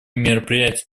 мероприятий